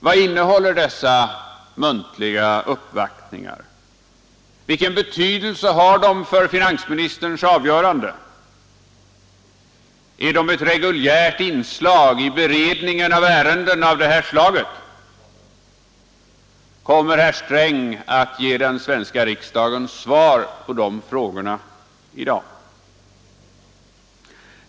Vad innehåller dessa muntliga uppvaktningar? Vilken betydelse har de för finansministerns avgöranden? Är de ett reguljärt inslag i beredningen av ärenden av det här slaget? Kommer herr Sträng att ge den svenska riksdagen svar på de frågorna i dag?